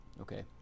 Okay